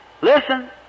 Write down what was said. listen